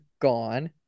gone